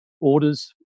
orders